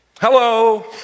Hello